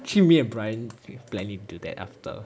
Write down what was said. actually me and bryan planning to do that after